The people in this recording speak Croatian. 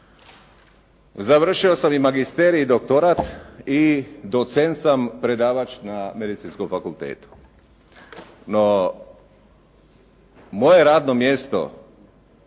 Završio sam i magisterij i doktorat i docenta sam predavač na Medicinskom fakultetu. No, moje radno mjesto